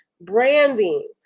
branding